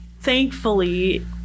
Thankfully